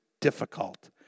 difficult